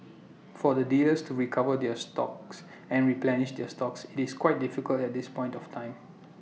for the dealers to recover their stocks and replenish their stocks IT is quite difficult at this point of time